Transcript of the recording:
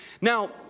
Now